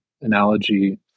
analogy